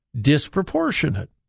disproportionate